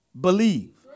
believe